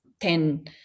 ten